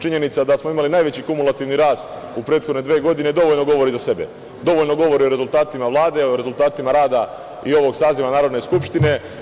Činjenica da smo imali najveći kumulativni rast u prethodne dve godine dovoljno govori za sebe, dovoljno govori o rezultatima Vlade, o rezultatima rada i ovog saziva Narodne skupštine.